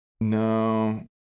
no